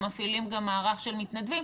מפעילים גם מערך של מתנדבים,